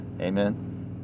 amen